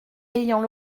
ayant